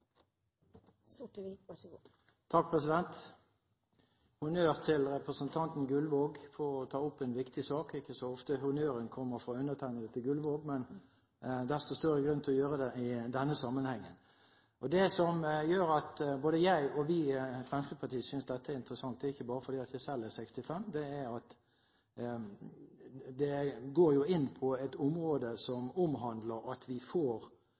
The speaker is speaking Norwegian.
så ofte honnøren kommer fra undertegnede til Gullvåg, men desto større grunn til å gjøre det i denne sammenhengen. Det som gjør at både jeg og vi i Fremskrittspartiet synes dette er interessant, er ikke bare fordi jeg selv er 65 år. Det er at det går inn på et område som omhandler at vi får